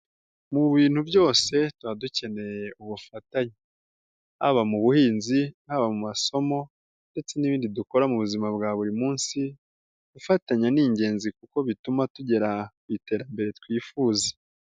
Mu bintu byose tuba dukeneye ubufatanye, haba mu buhinzi haba mu masomo ndetse n'ibindi dukora mu buzima bwa buri munsi, gufatanya ni ingenzi kuko bituma tugera ku iterambere twifuza.